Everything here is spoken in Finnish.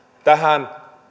tähän